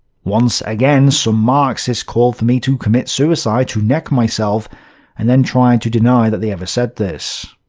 once again, some marxists called for me to commit suicide to neck myself and then tried to deny that they ever said this.